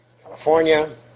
California